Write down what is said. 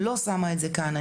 לא שמה את זה כאן,